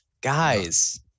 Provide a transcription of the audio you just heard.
guys